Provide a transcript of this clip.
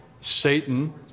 Satan